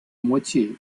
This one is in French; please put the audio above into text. moitié